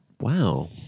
Wow